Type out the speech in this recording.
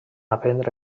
aprendre